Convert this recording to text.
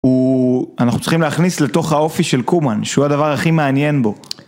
אנחנו צריכים להכניס לתוך האופי של קומן שהוא הדבר הכי מעניין בו.